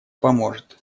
поможет